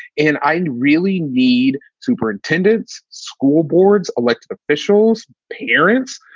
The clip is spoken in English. and i really need superintendents, school boards, elected officials, parents.